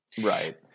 Right